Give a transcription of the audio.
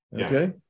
Okay